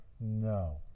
No